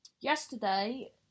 yesterday